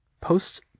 Post